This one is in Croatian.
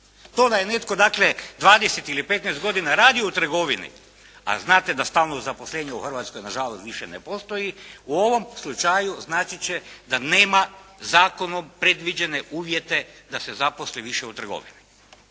To da je netko dakle, 20 ili 15 godina radi u trgovini, a znate da stalno zaposlenje u Hrvatskoj, nažalost, više ne postoji u ovom slučaju značiti će da nema zakonom predviđene uvjete da se zaposli više u trgovini.